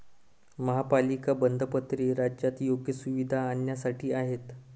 महापालिका बंधपत्रे राज्यात योग्य सुविधा आणण्यासाठी आहेत